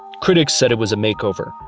critics said was a makeover,